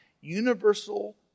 universal